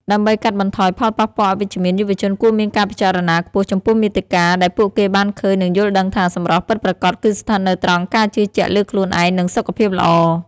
ដើម្បីកាត់បន្ថយផលប៉ះពាល់អវិជ្ជមាន យុវជនគួរមានការពិចារណាខ្ពស់ចំពោះមាតិកាដែលពួកគេបានឃើញ និងយល់ដឹងថា សម្រស់ពិតប្រាកដគឺស្ថិតនៅត្រង់ការជឿជាក់លើខ្លួនឯង និងសុខភាពល្អ។